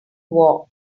war